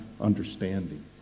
understanding